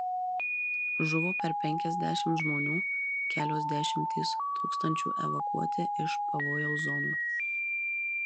žuvo per penkiasdešimt žmonių kelios dešimtys tūkstančių evakuoti iš pavojaus zonų